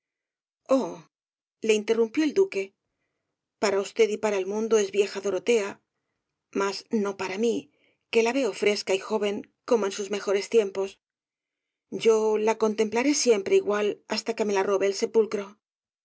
le interrumpió el duque para usted y para el mundo es vieja dorotea mas no para mí que la veo fresca y joven como en sus mejores tiempos yo la contemplaré siempre igual hasta que me la robe el sepulcro